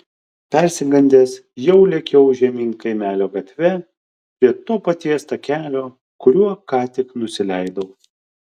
persigandęs jau lėkiau žemyn kaimelio gatve prie to paties takelio kuriuo ką tik nusileidau